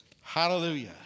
Hallelujah